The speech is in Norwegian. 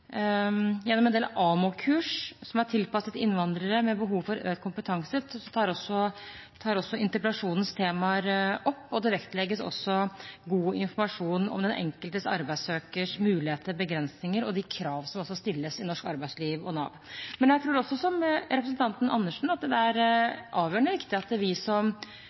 Gjennom en del AMO-kurs som er tilpasset innvandrere med behov for økt kompetanse, tas også interpellasjonens temaer opp, og det vektlegges også god informasjon om den enkelte arbeidssøkers muligheter og begrensninger og de krav som stilles i norsk arbeidsliv og Nav. Jeg tror også, som representanten Andersen, at det er avgjørende viktig at vi som